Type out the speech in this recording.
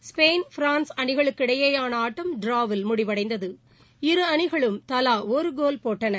Spain France அணிகளுக்கு இடையேயான ஆட்டம் டிராவில் முடிவடைந்தது இரு அணிகளும் தலா ஒரு கோல் போட்டன